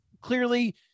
clearly